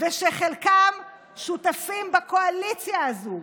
ושחלקם שותפים בקואליציה הזאת.